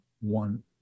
one